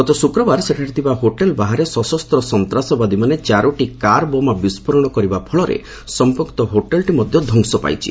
ଗତ ଶୁକ୍ରବାର ସେଠାରେ ଥିବା ଏକ ହୋଟେଲ୍ ବାହାରେ ସଶସ୍ତ ସନ୍ତ୍ରାସବାଦୀମାନେ ଚାରୋଟି କାର୍ବୋମା ବିସ୍ଫୋରଣ କରିବା ଫଳରେ ସଂପୂକ୍ତ ହୋଟେଲ୍ଟି ମଧ୍ୟ ଧ୍ୱଂସ ହୋଇଯାଇଛି